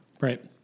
Right